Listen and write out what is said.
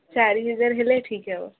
ଚାରି ହଜାର ହେଲେ ଠିକ୍ ହେବ